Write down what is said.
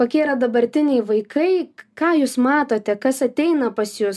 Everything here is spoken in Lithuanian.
kokie yra dabartiniai vaikai ką jūs matote kas ateina pas jus